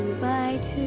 by two